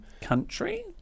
Country